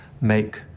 make